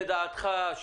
לדעתך,